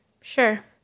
Sure